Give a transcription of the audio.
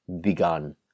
begun